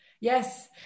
yes